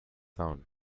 sound